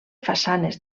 façanes